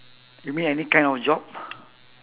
you mean any kind of job